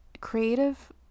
creative